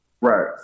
Right